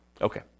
Okay